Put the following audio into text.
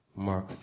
Mark